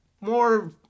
more